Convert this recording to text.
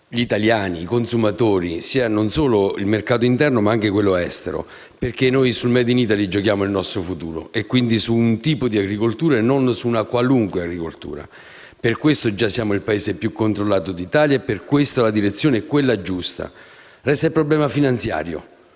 gli italiani, i consumatori, non solo il mercato interno, ma anche quello estero. Sul *made in Italy* noi giochiamo il nostro futuro. Quindi, su un tipo di agricoltura e non solo su una qualunque agricoltura. Per questo già siamo il Paese più controllato e per questo la direzione è quella giusta. Resta il problema finanziario,